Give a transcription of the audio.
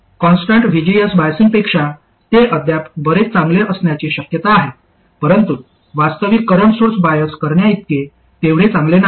constant VGS बायसिंगपेक्षा हे अद्याप बरेच चांगले असण्याची शक्यता आहे परंतु वास्तविक करंट सोर्स बायस करण्याइतके तेवढे चांगले नाही